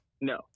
No